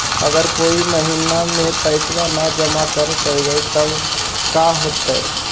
अगर कोई महिना मे पैसबा न जमा कर पईबै त का होतै?